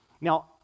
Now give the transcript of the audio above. Now